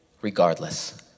regardless